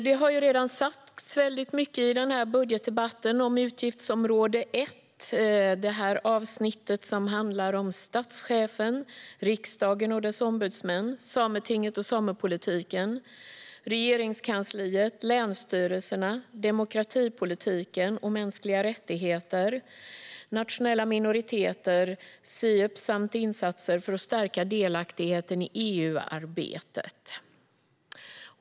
Det har redan sagts mycket i denna budgetdebatt om utgiftsområde 1, som handlar om statschefen, riksdagen och dess ombudsmän, Sametinget och samepolitiken, Regeringskansliet, länsstyrelserna, demokratipolitiken, mänskliga rättigheter, nationella minoriteter, Sieps samt insatser för att stärka delaktigheten i EU-arbetet.